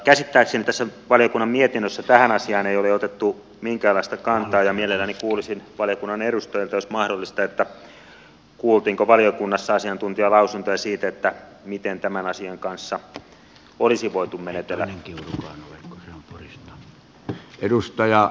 käsittääkseni tässä valiokunnan mietinnössä tähän asiaan ei ole otettu minkäänlaista kantaa ja mielelläni kuulisin valiokunnan edustajilta jos mahdollista kuultiinko valiokunnassa asiantuntijalausuntoja siitä miten tämän asian kanssa olisi voitu menetellä